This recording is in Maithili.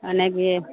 आनय छियै